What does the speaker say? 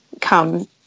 come